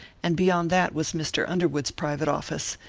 and beyond that was mr. underwood's private office,